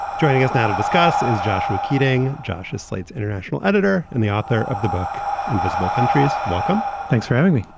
joining us now to discuss is joshua keating. josh is slate's international editor and the author of the book invisible countries. welcome. thanks for having me.